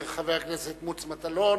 חבר הכנסת מוץ מטלון.